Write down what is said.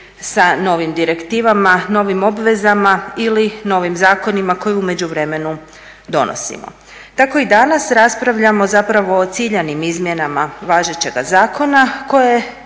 sa novim direktivama, novim obvezama ili novim zakonima koje u međuvremenu donosimo. Tako i danas raspravljamo zapravo o ciljanim izmjenama važećega zakona koje,